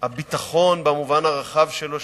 הביטחון במובן הרחב שלו,